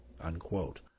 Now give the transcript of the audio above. Unquote